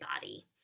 body